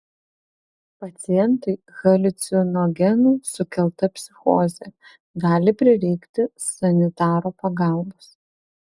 pacientui haliucinogenų sukelta psichozė gali prireikti sanitaro pagalbos